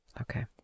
Okay